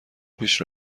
پیش